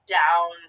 down